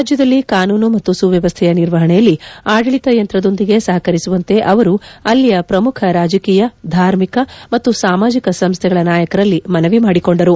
ರಾಜ್ಯದಲ್ಲಿ ಕಾನೂನು ಮತ್ತು ಸುವ್ಯವಸ್ಥೆಯ ನಿರ್ವಹಣೆಯಲ್ಲಿ ಆಡಳಿತ ಯಂತ್ರದೊಂದಿಗೆ ಸಹಕರಿಸುವಂತೆ ಅವರು ಅಲ್ಲಿಯ ಪ್ರಮುಖ ರಾಜಕೀಯ ಧಾರ್ಮಿಕ ಮತ್ತು ಸಾಮಾಜಿಕ ಸಂಸ್ಥೆಗಳ ನಾಯಕರಲ್ಲಿ ಮನವಿ ಮಾಡಿಕೊಂಡರು